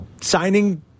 signing